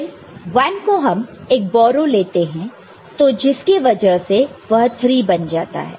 फिर 1 और हम एक बोरो लेते हैं तो जिसके वजह से वह 3 बन जाता है